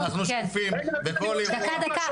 אנחנו שקופים וכל אירוע אפשר לבדוק,